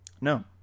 no